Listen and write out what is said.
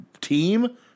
team